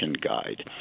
guide